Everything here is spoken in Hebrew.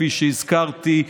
שכפי שהזכרתי,